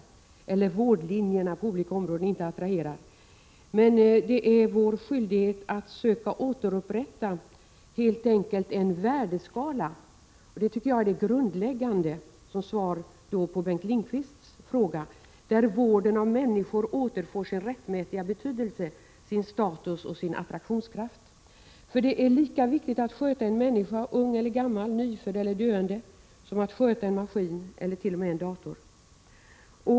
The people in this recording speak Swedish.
Men det grundläggande är, vilket jag vill säga som svar på Bengt Lindqvists fråga, vår skyldighet att söka återupprätta en värdeskala där vården av människor återfår sin rättmätiga betydelse, sin status och sin attraktionskraft. Det är lika viktigt att sköta en människa — ung eller gammal, nyfödd eller döende — som att sköta en maskin eller en dator.